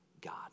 God